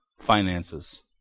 finances